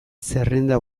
zerrenda